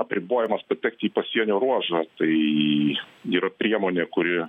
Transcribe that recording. apribojimas patekti į pasienio ruožą tai yra priemonė kuri